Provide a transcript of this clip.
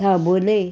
धाबोले